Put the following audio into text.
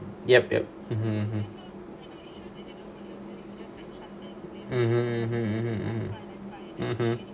yup yup mmhmm